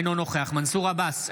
אינו נוכח מנסור עבאס,